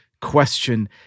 question